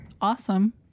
awesome